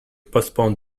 postpone